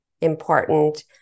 important